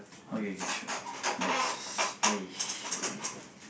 okay okay sure let's play